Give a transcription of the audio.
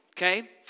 Okay